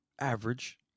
average